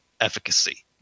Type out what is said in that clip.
efficacy